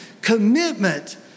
Commitment